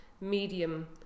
medium